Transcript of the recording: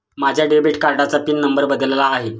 माझ्या डेबिट कार्डाचा pin number बदलला आहे